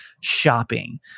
shopping